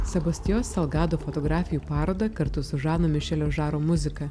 sebastio selgado fotografijų parodą kartu su žano mišelio žaro muzika